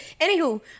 Anywho